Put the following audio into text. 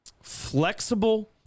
flexible